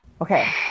okay